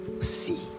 see